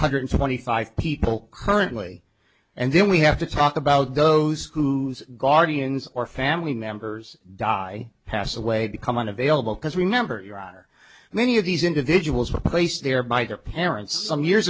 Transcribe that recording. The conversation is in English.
hundred twenty five people currently and then we have to talk about those who are guardians or family members die pass away become unavailable because remember your honor many of these individuals were placed there by their parents some years